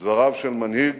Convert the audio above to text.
דבריו של מנהיג